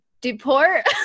deport